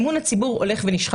אמון הציבור הולך ונשחק.